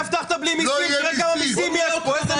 כן, לא